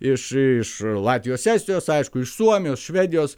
iš iš latvijos estijos aišku iš suomijos švedijos